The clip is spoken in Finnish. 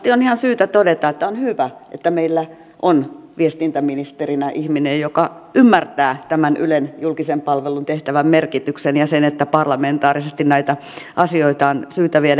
varmasti on ihan syytä todeta että on hyvä että meillä on viestintäministerinä ihminen joka ymmärtää tämän ylen julkisen palvelun tehtävän merkityksen ja sen että parlamentaarisesti näitä asioita on syytä viedä eteenpäin